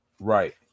right